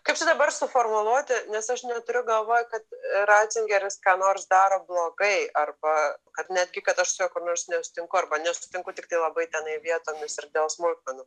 kaip čia dabar suformuluoti nes aš neturiu galvoj kad racingeris ką nors daro blogai arba kad netgi kad aš juo kur nors nesutinku arba nesutinku tiktai labai tenai vietomis ir dėl smulkmenų